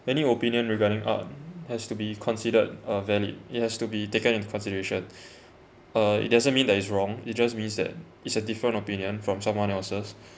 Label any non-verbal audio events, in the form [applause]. any opinion regarding art has to be considered uh valid it has to be taken into consideration [breath] uh it doesn't mean that it's wrong it just means that it's a different opinion from someone else's